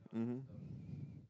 mmhmm